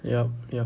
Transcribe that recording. yup yup